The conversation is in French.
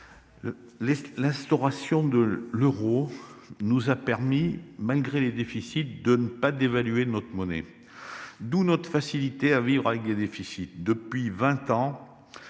L'instauration de l'euro nous a permis, malgré les déficits, de ne pas dévaluer notre monnaie, d'où notre facilité à vivre avec des déficits. Depuis vingt ans,